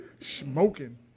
Smoking